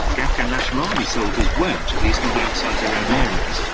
the afghan national army soldiers won't, at least not outside their own areas.